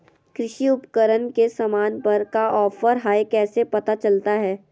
कृषि उपकरण के सामान पर का ऑफर हाय कैसे पता चलता हय?